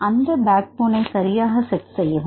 அந்தத் பேக் போனை சரியாக செட் செய்யவும்